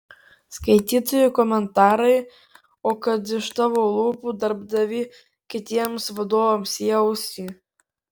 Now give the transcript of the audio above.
skaitytojų komentarai o kad iš tavo lūpų darbdavy kitiems vadovams į ausį